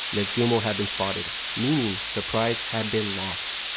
nagumo had been spotted, meaning surprise had been lost.